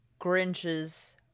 Grinches